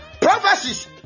Prophecies